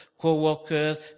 co-workers